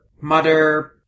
mother